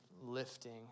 lifting